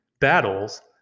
battles